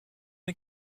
the